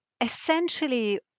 essentially